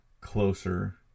closer